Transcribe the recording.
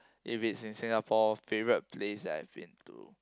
if it's in Singapore favourite place that I've been to